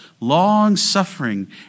long-suffering